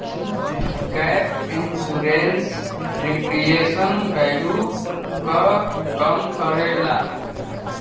gap insurance depreciation value क कम करला